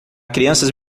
crianças